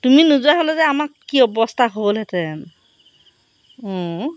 তুমি নোযোৱা হ'লে যে আমাৰ কি অৱস্থা হ'লহেঁতেন অঁ